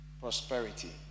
prosperity